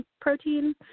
protein